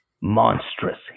monstrous